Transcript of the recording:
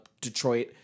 Detroit